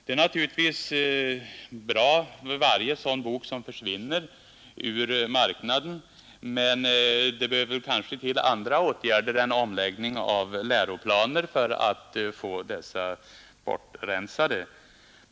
Det är naturligtvis bra med varje sådan bok som försvinner ur marknaden, men det behövs nog andra atgärder än omläggning av läroplaner för att få dessa bortrensade.